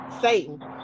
Satan